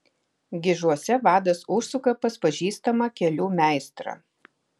gižuose vadas užsuka pas pažįstamą kelių meistrą